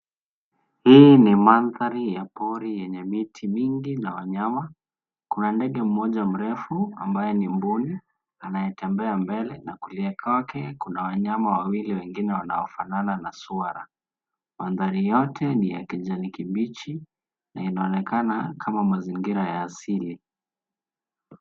Hii ni mandhari ya pori, yenye miti mingi na wanyama, kuna ndege mmoja mrefu, ambaye ni mbuyu, anayetembea mbele, na kulia kwake wengine wawili wengine wanaofanana na swara. Mandhari yote ni ya kijani kibichi, na inaonekana, kama mazingira ya asili.